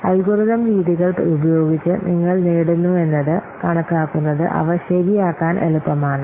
algorithm രീതികൾ ഉപയോഗിച്ച് നിങ്ങൾ നേടുന്നുവെന്നത് കണക്കാക്കുന്നത് അവ ശരിയാക്കാൻ എളുപ്പമാണ്